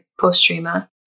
postrema